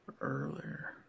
earlier